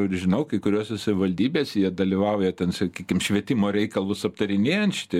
ir žinau kai kuriose savivaldybėse jie dalyvauja ten sakykim švietimo reikalus aptarinėjant šitie